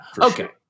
Okay